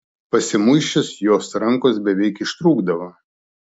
pasimuisčius jos rankos beveik ištrūkdavo